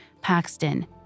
Paxton